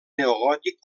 neogòtic